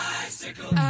Bicycle